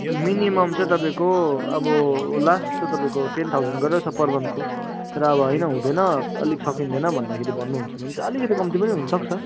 minimum चाहिँ तपाईँको अब लास्ट त तपाईँको टेन थाउजन्ड गरेर छ पर मन्थको तर अब होइन हुँदैन अलिक सकिँदैन भन्दाखेरि भन्नुहुन्छ भने चाहिँ अलिकति कम्ती हुन पनि सक्छ